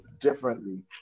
differently